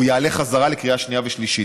והוא יעלה חזרה לקריאה שנייה ושלישית.